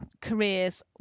Careers